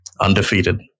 Undefeated